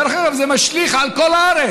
דרך אגב זה משליך על כל הארץ,